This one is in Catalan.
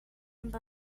amb